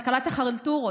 כלכלת החלטורות,